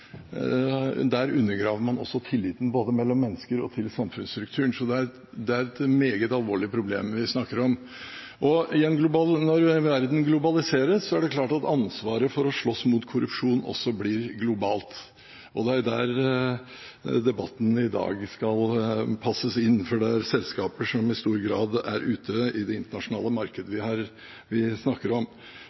undergraver man tilliten, både mellom mennesker og til samfunnsstrukturen. Det er et meget alvorlig problem vi snakker om. Når verden globaliseres, er det klart at ansvaret for å slåss mot korrupsjon også blir globalt. Der skal debatten i dag passes inn, for det er selskaper som i stor grad er ute i de internasjonale markeder, vi snakker om. Så spør interpellanten om